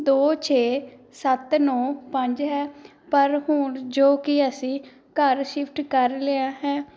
ਦੋ ਛੇ ਸੱਤ ਨੌਂ ਪੰਜ ਹੈ ਪਰ ਹੁਣ ਜੋ ਕਿ ਅਸੀਂ ਘਰ ਸ਼ਿਫਟ ਕਰ ਲਿਆ ਹੈ